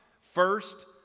first